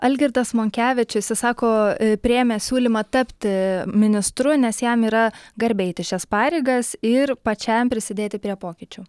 algirdas monkevičius jis sako priėmęs siūlymą tapti ministru nes jam yra garbė eiti šias pareigas ir pačiam prisidėti prie pokyčių